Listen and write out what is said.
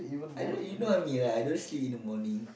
I know you know I'm here lah I don't sleep in the morning